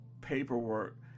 paperwork